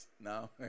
Now